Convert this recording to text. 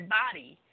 body